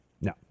no